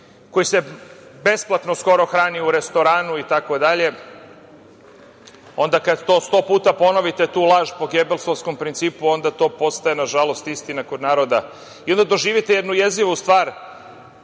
koji se skoro besplatno hrani u restoranu itd, ona kada to sto puta ponovite tu laž po gebelsovskom principu, onda to postaje nažalost istina kod naroda. Onda doživite jednu jezivu stvar,